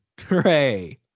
hooray